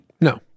No